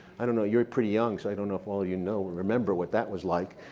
i don't know you're pretty young, so i don't know if all you know remember what that was like.